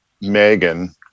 megan